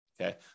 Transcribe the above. Okay